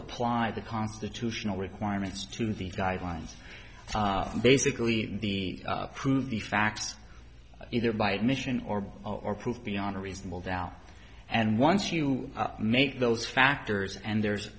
apply the constitutional requirements to these guidelines basically the prove the facts either by admission or by or prove beyond a reasonable doubt and once you make those factors and there's